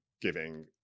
giving